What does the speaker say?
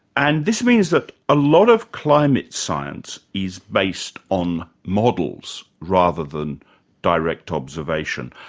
and this means that a lot of climate science is based on models rather than direct observation.